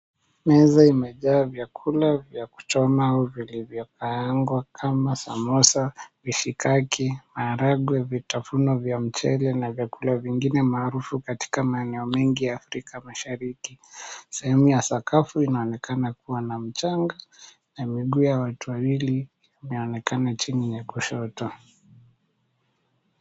Meza imejaa vyakula vya kuchoma au vilivyokaangwa kama samosa, mishikaki, maragwe, vitafunio vya mchele na vyakula vingine maarufu katika maeneo mengi ya Afrika Mashariki. Sehemu ya sakafu inaonekana kuwa na mchanga na miguu ya watu wawili imeonekana chini ya kushoto.